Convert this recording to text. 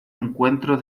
encuentro